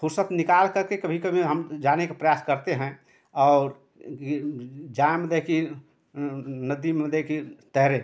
फुरसत निकाल करके कभी कभी हम जाने का प्रयास करते हैं और कि जाएँ मतलब कि नदी में मतलब कि तैरें